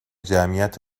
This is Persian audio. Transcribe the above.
جمعیت